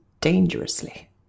dangerously